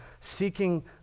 seeking